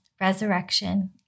resurrection